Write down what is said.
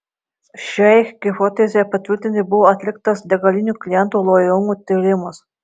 šiai hipotezei patvirtinti buvo atliktas degalinių klientų lojalumo tyrimas